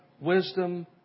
wisdom